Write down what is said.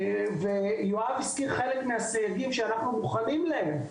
ויואב הזכיר חלק מהסייגים שאנחנו מוכנים להם,